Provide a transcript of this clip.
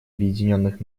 объединенных